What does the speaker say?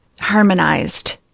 harmonized